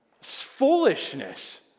Foolishness